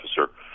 officer